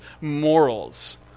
morals